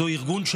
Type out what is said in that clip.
זה ארגון של